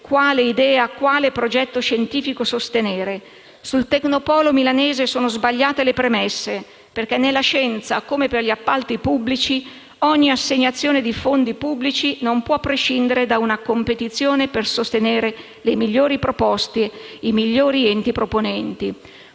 quale idea e progetto scientifico sostenere. Sul Tecnopolo milanese sono sbagliate le premesse, perché nella scienza, come nel settore degli appalti pubblici, ogni assegnazione di fondi pubblici non può prescindere da una competizione per sostenere le migliori proposte e i migliori enti proponenti.